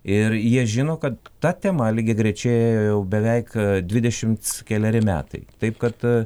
ir jie žino kad ta tema lygiagrečiai ėjo jau beveik dvidešimt keleri metai taip kad